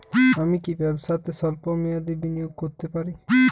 আমি কি ব্যবসাতে স্বল্প মেয়াদি বিনিয়োগ করতে পারি?